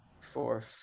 four